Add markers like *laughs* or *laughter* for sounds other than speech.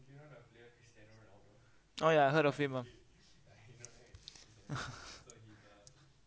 oh ya heard of him ah *laughs*